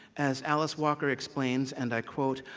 as alice walker explains and i quote,